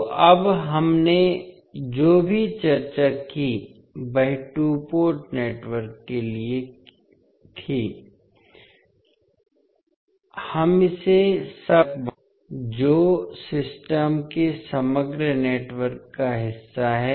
तो अब हमने जो भी चर्चा की वह टू पोर्ट नेटवर्क के लिए थी हम इसे सब नेटवर्क के n सेट तक बढ़ा सकते हैं जो सिस्टम के समग्र नेटवर्क का हिस्सा है